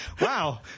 Wow